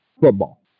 football